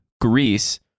greece